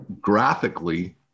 graphically